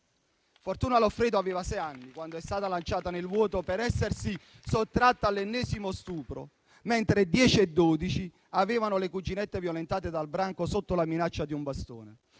Fortuna Loffredo aveva sei anni, quando è stata lanciata nel vuoto per essersi sottratta all'ennesimo stupro; mentre le cuginette violentate dal branco sotto la minaccia di un bastone